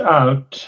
out